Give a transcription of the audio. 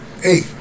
hey